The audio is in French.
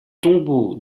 tombeau